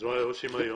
מה עושים היום?